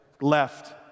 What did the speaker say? left